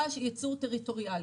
יצור טריטוריאלי.